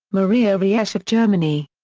maria riesch of germany.